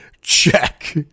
check